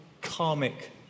karmic